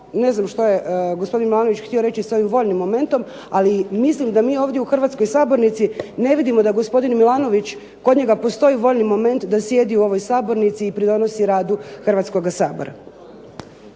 ne znam što je gospodin Milanović htio reći s ovim voljnim momentom, ali mislim da mi ovdje u Hrvatskoj sabornici ne vidimo da gospodin Milanović kod njega postoji voljni moment da sjedi u ovoj sabornici i pridonosi radu Hrvatskoga sabora.